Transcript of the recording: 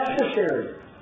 necessary